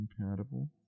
compatible